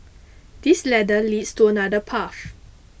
this ladder leads to another path